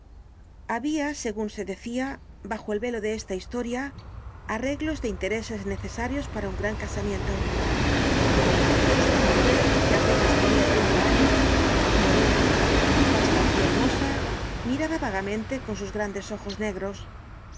habia segun se decia bajo el velo de esta historia arreglos de intereses necesarios para un gran casamiento content from google book search generated at esta mujer que apenas tenia treinta años morena bastante hermosa miraba vagamente con sus grandes ojos negros